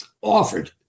offered